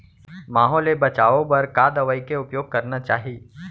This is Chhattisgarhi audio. माहो ले बचाओ बर का दवई के उपयोग करना हे?